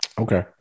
Okay